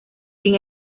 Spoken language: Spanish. sin